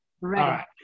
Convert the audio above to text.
right